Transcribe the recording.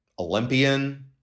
Olympian